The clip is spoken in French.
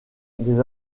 des